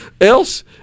Else